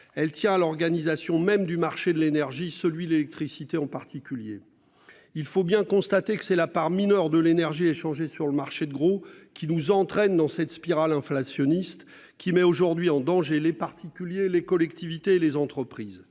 Elle tient à l'organisation même du marché de l'énergie celui l'électricité en particulier il faut bien constater que c'est la part mineure de l'énergie, échanger sur le marché de gros, qui nous entraîne dans cette spirale inflationniste qui met aujourd'hui en danger. Les particuliers, les collectivités et les entreprises.